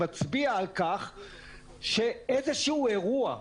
שמצביע על כך שאיזה שהוא אירוע,